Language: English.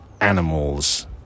animals